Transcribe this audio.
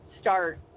start